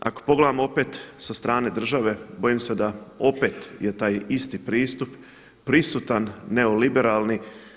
Ako pogledamo opet sa strane države bojim se da opet je taj isti pristup prisutan neoliberalni.